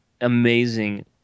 amazing